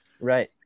right